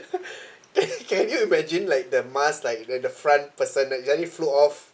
can can you imagine like the mask like the the front person like really flew off